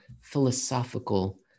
philosophical